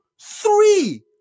Three